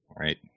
Right